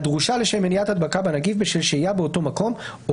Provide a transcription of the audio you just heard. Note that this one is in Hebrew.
הדרושה לשם מניעת הדבקה בנגיף בשל שהייה באותו מקום,